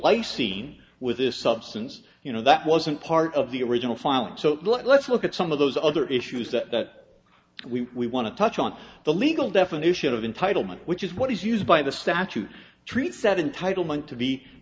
glycine with this substance you know that wasn't part of the original file so let's look at some of those other issues that we want to touch on the legal definition of entitlement which is what is used by the statute treats that in title meant to be